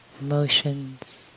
emotions